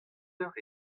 eur